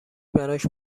براش